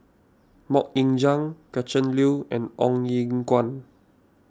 Mok Ying Jang Gretchen Liu and Ong Eng Guan